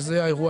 וזה אירוע